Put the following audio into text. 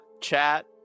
chat